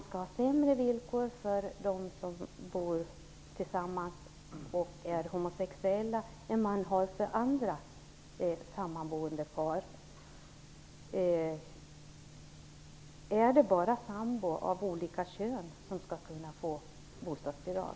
Skall de som bor tillsammans och är homosexuella ha sämre villkor än andra sammanboende par? Är det bara sambor av olika kön som skall kunna få bostadsbidrag?